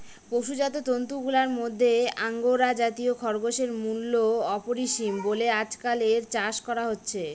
পশুজাত তন্তুগুলার মধ্যে আঙ্গোরা জাতীয় খরগোশের মূল্য অপরিসীম বলে আজকাল এর চাষ করা হচ্ছে